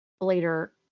later